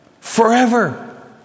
forever